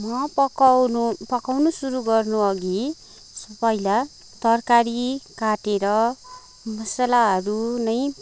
म पकाउनु पकाउनु सुरु गर्नु अघि पहिला तरकारी काटेर मसलाहरू नै